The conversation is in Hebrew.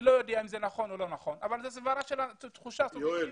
אני לא יודע אם זה נכון או לא נכון אבל זאת תחושה של אנשים.